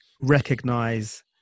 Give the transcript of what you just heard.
recognize